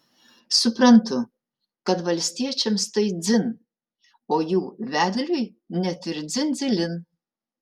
suprantu kad valstiečiams tai dzin o jų vedliui net ir dzin dzilin